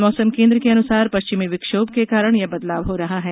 मौसम केंद्र के अनुसार पश्चिमी विक्षोभ के कारण यह बदलाव हो रहा है